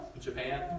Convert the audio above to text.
Japan